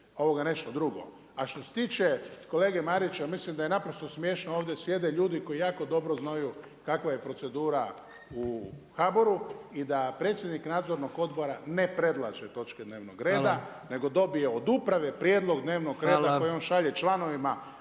ovoga nešto drugo. A što se tiče kolege Marića, mislim da je naprosto smješno, ovdje sjede ljudi koji jako dobro znaju kakva je procedura u HABOR-u i da predsjednik nadzornog odbora ne predlaže točke dnevnog reda, nego dobije od uprave prijedlog dnevnog reda koji on šalje članovima